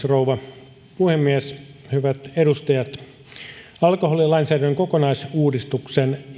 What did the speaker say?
rouva puhemies hyvät edustajat alkoholilainsäädännön kokonaisuudistuksen